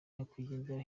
nyakwigendera